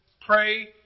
pray